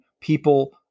people